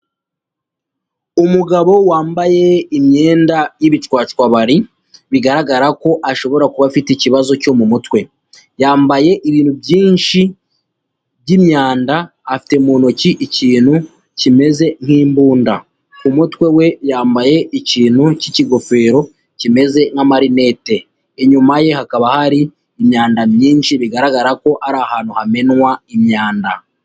Umugabo wambaye imyenda y'ibicwacwabari bigaragara ko ashobora kuba afite ikibazo cyo mu mutwe, yambaye ibintu byinshi by'imyanda afite mu ntoki ikintu kimeze nk'imbunda, ku mutwe we yambaye ikintu cy'ikigofero kimeze nk'amarinete, inyuma ye hakaba hari imyanda myinshi bigaragara ko ari ahantu hamenwa imyanda.